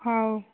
ହେଉ